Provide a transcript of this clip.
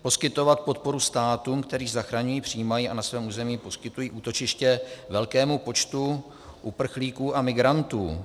Poskytovat podporu státům, které zachraňují, přijímají a na svém území poskytují útočiště velkému počtu uprchlíků a migrantů.